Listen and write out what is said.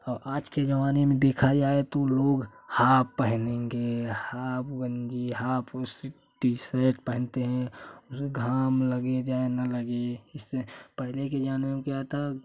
और आज के ज़माने में देखा जायें तो लोग हाफ पहनेंगे हाफ गंजी हाफ उस तिशट पहनते हैं घाम लगें जाए न लगे इससे पहले के ज़माने में क्या था